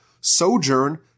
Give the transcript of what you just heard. sojourn